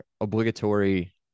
obligatory